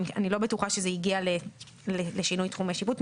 אני לא בטוחה שזה הגיע לשינוי תחומי שיפוט.